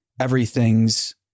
everything's